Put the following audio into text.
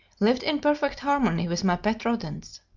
lived in perfect harmony with my pet rodents.